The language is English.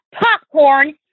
popcorn